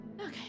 Okay